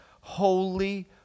Holy